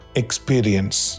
experience